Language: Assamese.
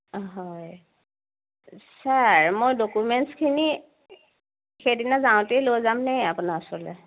হয় ছাৰ মই ডকুমেণ্টছখিনি সেইদিনা যাওঁতেই লৈ যাম নেকি আপোনাৰ ওচৰলৈ